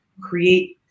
create